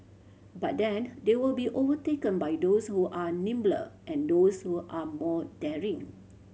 but then they will be overtaken by those who are nimbler and those who are more daring